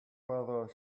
whether